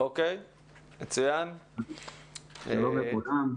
שלום לכולם.